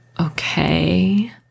Okay